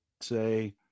say